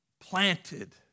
planted